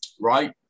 Right